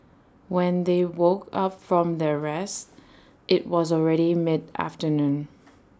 when they woke up from their rest IT was already mid afternoon